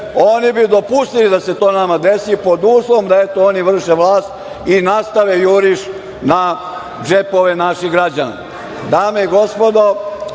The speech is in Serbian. oni bi dopustili da se to nama desi pod uslovom da eto oni vrše vlast i nastave juriš na džepove naših građana. Dame i gospodo,